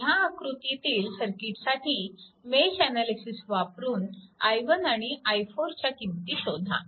ह्या आकृतीतील सर्किटसाठी मेश अनालिसिस वापरून i1 आणि i 4 च्या किंमती शोधा